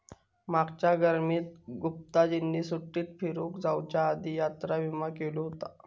मागच्या गर्मीत गुप्ताजींनी सुट्टीत फिरूक जाउच्या आधी यात्रा विमा केलो हुतो